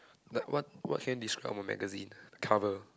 like what what can you describe about magazine cover